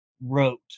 wrote